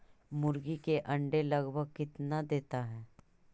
मुर्गी के अंडे लगभग कितना देता है?